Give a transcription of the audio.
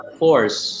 force